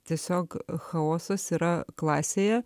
tiesiog chaosas yra klasėje